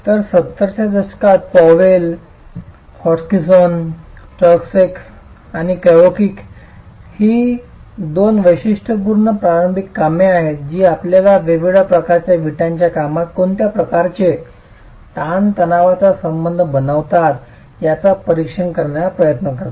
तर 70's च्या दशकात पॉवेल हॉजकिन्सन टर्नसेक आणि कॅकोव्हिक ही दोन वैशिष्ट्यपूर्ण प्रारंभिक कामे आहेत जी आपल्याला वेगवेगळ्या प्रकारच्या विटांच्या कामात कोणत्या प्रकारचे ताणतणावाचा संबंध बनवतात याचा परीक्षण करण्याचा प्रयत्न करतात